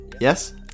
Yes